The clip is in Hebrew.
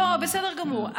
אני, לא, בסדר גמור.